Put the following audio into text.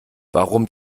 warum